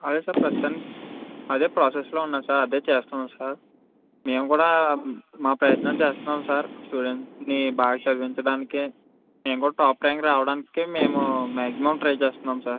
అదే సార్ ప్రస్తుతానికి అదే ప్రాసెస్లో ఉన్నాము సార్ అదే చేస్తున్నాము సార్ మేము కూడా మా ప్రయత్నం చేస్తున్నాము సార్ స్టూడెంట్స్ని బాగా చదివించడానికే మేం కూడా టాప్ ర్యాంక్ రావడానికే మేము మ్యాగ్జిమం ట్రై చేస్తున్నాము సార్